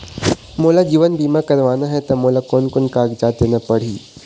मोला जीवन बीमा करवाना हे ता मोला कोन कोन कागजात देना पड़ही?